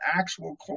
actual